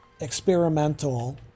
experimental